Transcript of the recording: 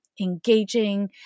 engaging